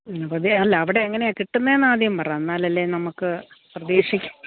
അല്ല അവിടെ എങ്ങനെയാണ് കിട്ടുന്നതെന്ന് ആദ്യം പറ എന്നാലല്ലേ നമുക്ക് പ്രതീക്ഷിക്ക്